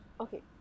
Okay